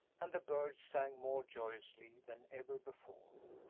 and the birds sang more joyously than ever before.